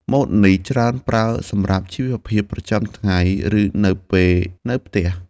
ម៉ូតនេះច្រើនប្រើសម្រាប់ជីវភាពប្រចាំថ្ងៃ ឬនៅពេលនៅផ្ទះ។